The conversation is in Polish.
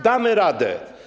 Damy radę.